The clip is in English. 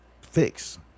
fix